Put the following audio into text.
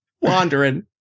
Wandering